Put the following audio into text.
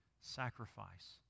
sacrifice